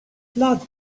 flung